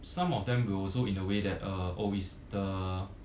some of them will also in a way that uh oh is the